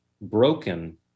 broken